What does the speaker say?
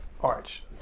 arch